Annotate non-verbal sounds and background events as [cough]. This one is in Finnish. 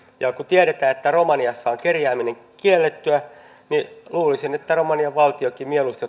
ja kun tiedetään että romaniassa on kerjääminen kiellettyä niin luulisin että romanian valtiokin mieluusti [unintelligible]